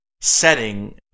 setting